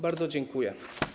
Bardzo dziękuję.